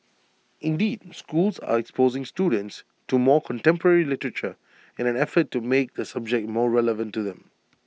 indeed schools are exposing students to more contemporary literature in an effort to make the subject more relevant to them